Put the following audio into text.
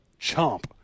Chomp